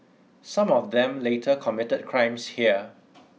some of them later committed crimes here